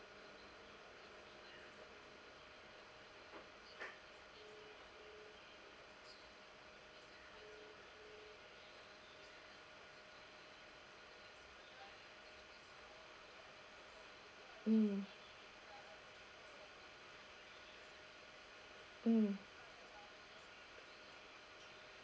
mm mm